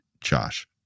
Josh